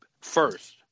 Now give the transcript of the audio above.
first